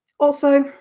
also,